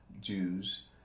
Jews